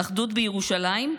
"אחדות בירושלים",